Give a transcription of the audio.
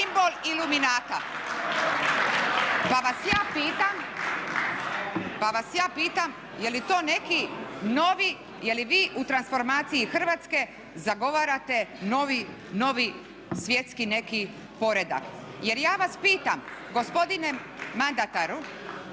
simbol iluminata. Pa vas ja pitam, je li to neki novi, je li vi u transformaciji Hrvatske zagovarate novi svjetski neki poredak? Jer ja vas pitam gospodine mandataru